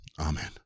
Amen